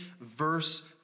verse